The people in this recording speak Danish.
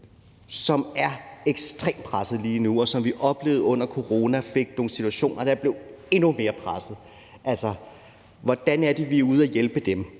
som er ekstremt pressede lige nu, og som vi oplevede under corona kom ud for nogle situationer, så de blev endnu mere pressede. Hvordan er det, vi er ude og hjælpe dem?